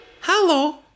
Hello